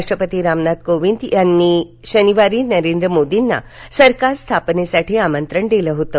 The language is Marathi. राष्ट्रपती रामनाथ कोविंद यांनी शनिवारी नरेंद्र मोदींना सरकार स्थापनेसाठी आमंत्रण दिलं होतं